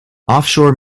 offshore